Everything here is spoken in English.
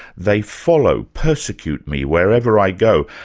they follow, persecute me wherever i go,